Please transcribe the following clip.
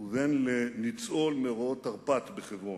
ובן לניצול מאורעות תרפ"ט בחברון.